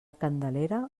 candelera